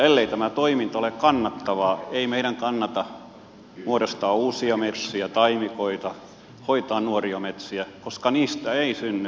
ellei tämä toiminta ole kannattavaa ei meidän kannata muodostaa uusia metsiä taimikoita hoitaa nuoria metsiä koska niistä ei synny kantorahatuloja